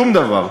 שום דבר.